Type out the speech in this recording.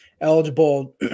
eligible